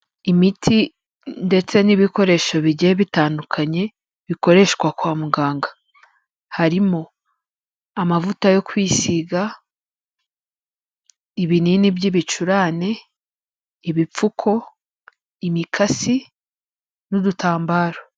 Imiti, ndetse n'ibikoresho bigiye bitandukanye, bikoreshwa kwa muganga. Harimo, amavuta yo kwisiga, ibinini by'ibicurane, ibipfuko, imikasi, n'udutambaro.